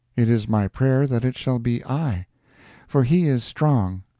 it is my prayer that it shall be i for he is strong,